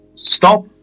Stop